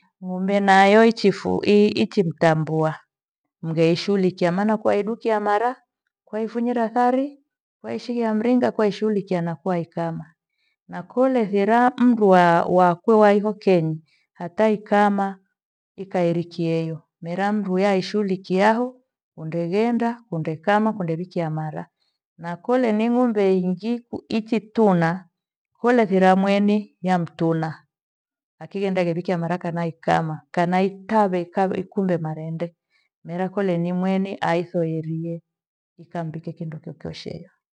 Ng'ombe nayo ichifu- i- ichimtambua mgheishuhulikia maana kwaidukia mara, kwaifunyira thari, waishighia mringa, kwaishughulikia na kwa ikama na kole hiraa mdu waa- wakwe wa hio kenyi hata ikama ikairikiyeyo. Mira mndu yaishighulikiaho undeghenda ungekama kundewikia mara. Na kole ni ng'ombe ingi kuichituna kolethira mweni yamtuna. Yakigenda gewikia mara kana ikama kana itave kave kunde marende. Mira kule ni mweni aithogherie ikambike kindu chochoshe hiyo.